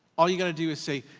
all you gotta do is say,